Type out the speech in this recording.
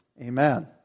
Amen